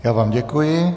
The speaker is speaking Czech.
Já vám děkuji.